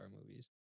movies